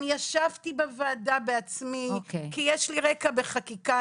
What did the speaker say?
אני ישבתי בוועדה בעצמי כי יש לי רקע בחקיקה,